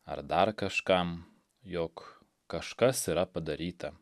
ar dar kažkam jog kažkas yra padaryta